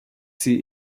sie